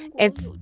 it's.